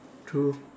true